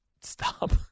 Stop